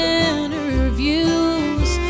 interviews